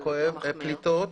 פליטות.